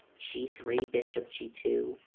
g three bishop g two